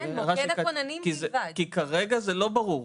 כי כרגע זה לא ברור.